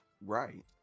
right